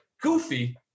goofy